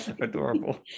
adorable